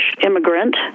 immigrant